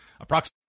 approximately